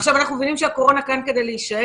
עכשיו, אנחנו מבינים שהקורונה כאן כדי להישאר.